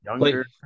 younger